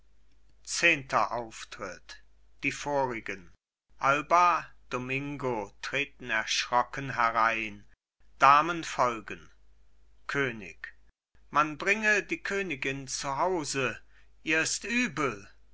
zehnter auftritt die vorigen alba domingo treten erschrocken herein damen folgen könig man bringe die königin zu hause ihr ist übel